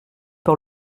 par